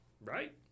Right